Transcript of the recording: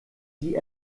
die